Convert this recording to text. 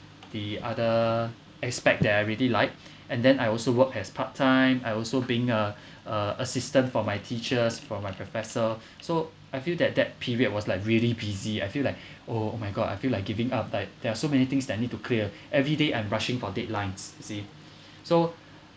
the other aspect that I really like and then I also work as part time I also being a uh assistant for my teachers for my professor so I feel that that period was like really busy I feel like oh oh my god I feel like giving up like there are so many things that I need to clear everyday I'm rushing for deadlines you see so